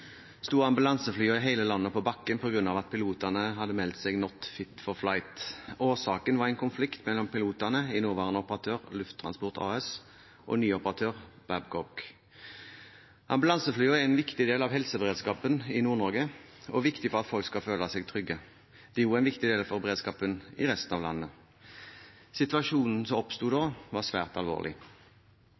i hele landet på bakken på grunn av at pilotene hadde meldt seg «not fit for flight». Årsaken var en konflikt mellom pilotene i nåværende operatør, Lufttransport AS, og ny operatør, Babcock. Ambulanseflyene er en viktig del av helseberedskapen i Nord-Norge og viktig for at folk skal føle seg trygge. De er også en viktig del av beredskapen i resten av landet. Situasjonen som oppsto da, var svært alvorlig.